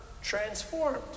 transformed